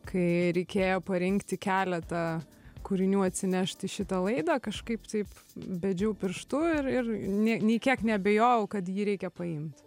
kai reikėjo parinkti keletą kūrinių atsinešt į šitą laidą kažkaip taip bedžiau pirštu ir ir nė nei kiek neabejojau kad jį reikia paimt